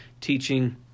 teaching